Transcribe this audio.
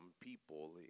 people